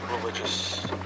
religious